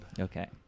Okay